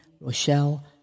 Rochelle